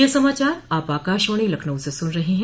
ब्रे क यह समाचार आप आकाशवाणी लखनऊ से सुन रहे हैं